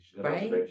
right